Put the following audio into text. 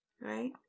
right